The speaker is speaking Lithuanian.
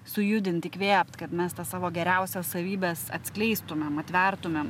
sujudint įkvėpt kad mes tas savo geriausias savybes atskleistumėm atvertumėm